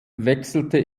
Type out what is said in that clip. wechselte